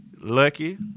Lucky